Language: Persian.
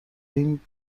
این